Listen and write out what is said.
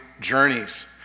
journeys